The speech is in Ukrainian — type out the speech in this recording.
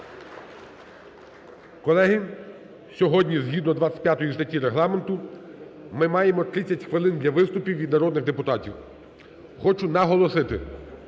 Колеги, сьогодні згідно 25 статті Регламенту ми маємо 30 хвилин для виступів від народних депутатів. Хочу наголосити,